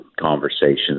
conversations